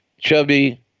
chubby